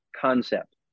concept